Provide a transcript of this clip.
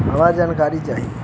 हमका जानकारी चाही?